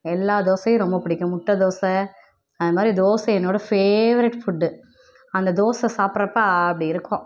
எல்லா தோசையும் ரொம்ப பிடிக்கும் முட்டை தோசை அதுமாதிரி தோசை என்னோடய ஃபேவரட் ஃபுட் அந்த தோசை சாப்பிட்றப்ப அப்படி இருக்கும்